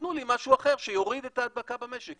תנו לי משהו אחר שיוריד את ההדבקה במשק.